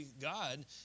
god